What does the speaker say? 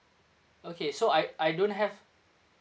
okay so I I don't have